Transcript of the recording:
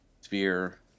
sphere